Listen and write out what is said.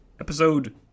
episode